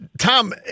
Tom